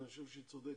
ואני חושב שהיא צודקת,